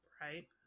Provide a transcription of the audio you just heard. right